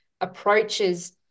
approaches